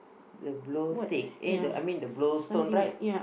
the blue stick eh the I mean the blue stone right